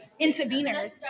interveners